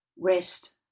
rest